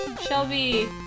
Shelby